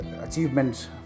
achievements